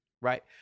Right